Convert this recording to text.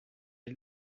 est